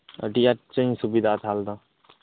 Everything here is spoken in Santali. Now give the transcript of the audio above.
ᱟᱹᱰᱤ ᱟᱸᱴᱜᱤᱧ ᱥᱩᱵᱤᱫᱷᱟ ᱟᱜ ᱤᱧᱫᱚ